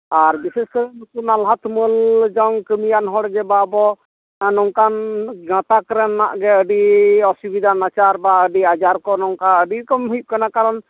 ᱟᱨ ᱵᱤᱥᱮᱥ ᱠᱟᱛᱮ ᱫᱚ ᱱᱟᱞᱦᱟ ᱛᱩᱢᱟᱹᱞ ᱡᱚᱝ ᱠᱟᱹᱢᱤᱭᱟᱱ ᱦᱚᱲ ᱜᱮ ᱵᱟᱵᱚ ᱱᱚᱝᱠᱟᱱ ᱜᱟᱸᱛᱟᱠ ᱨᱮᱱᱟᱜ ᱜᱮ ᱟᱹᱰᱤ ᱚᱥᱩᱵᱤᱛᱟ ᱱᱟᱪᱟᱨ ᱵᱟ ᱟᱹᱰᱤ ᱟᱡᱟᱨ ᱠᱚ ᱱᱚᱝᱠᱟ ᱟᱹᱰᱤ ᱨᱚᱠᱚᱢ ᱦᱩᱭᱩᱜ ᱠᱟᱱᱟ ᱠᱟᱨᱚᱱ